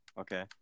Okay